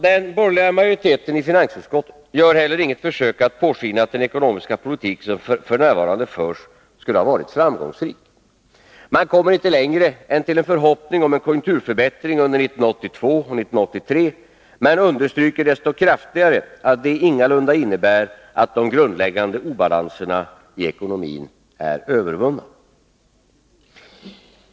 Den borgerliga majoriteten i finansutskottet gör heller inget försök att påskina att den ekonomiska politik som f. n. förs skulle ha varit framgångsrik. Man kommer inte längre än till en förhoppning om en konjunkturförbättring under 1982 och 1983 men understryker desto kraftigare att detta ingalunda innebär att de grundläggande obalanserna i ekonomin är övervunna.